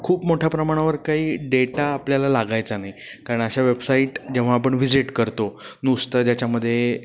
खूप मोठ्या प्रमाणावर काही डेटा आपल्याला लागायचा नाही कारण अशा वेबसाईट जेव्हा आपण व्हिजिट करतो नुसतं ज्याच्यामध्ये